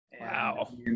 Wow